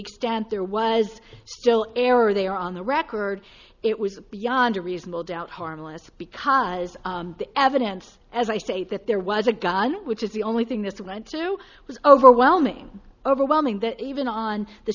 extent there was still error there on the record it was beyond a reasonable doubt harmless because the evidence as i say that there was a gun which is the only thing this went through was overwhelming overwhelming that even on the